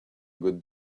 good